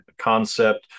concept